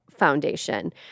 Foundation